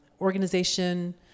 Organization